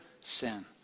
sin